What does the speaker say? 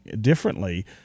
differently